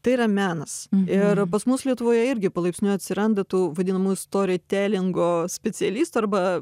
tai yra menas ir pas mus lietuvoje irgi palaipsniui atsiranda tų vadinamųjų stori telingo specialistų arba